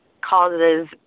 causes